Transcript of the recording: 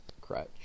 crutch